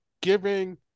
giving